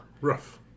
rough